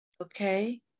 Okay